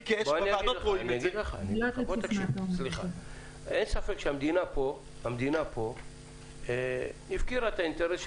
אין ספק שהמדינה פה הפקירה את האינטרס של